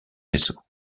vaisseau